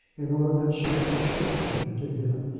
in order that she might show to them, to him,